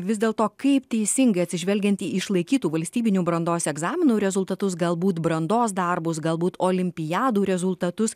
vis dėlto kaip teisingai atsižvelgiant į išlaikytų valstybinių brandos egzaminų rezultatus galbūt brandos darbus galbūt olimpiadų rezultatus